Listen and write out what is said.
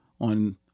on